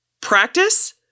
Practice